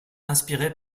inspirée